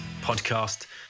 podcast